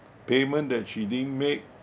payment that she didn't make